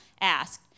asked